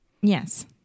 Yes